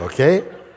Okay